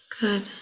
Good